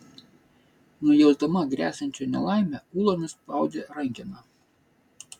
nujausdama gresiančią nelaimę ula nuspaudė rankeną